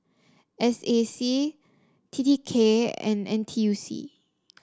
S A C T T K and N T U C